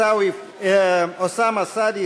אוסאמה סעדי,